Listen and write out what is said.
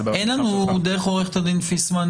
עורכת הדין פיסמן,